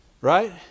Right